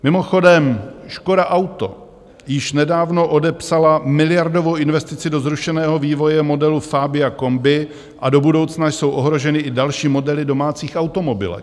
Mimochodem, Škoda Auto již nedávno odepsala miliardovou investici do zrušeného vývoje modelů Fabia Combi a do budoucna jsou ohroženy i další modely domácích automobilek.